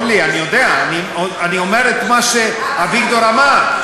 אורלי, אני יודע, אני אומר את מה שאביגדור אמר.